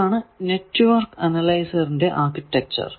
ഇതാണ് നെറ്റ്വർക്ക് അനലൈസറിന്റെ ആർക്കിടെക്ചർ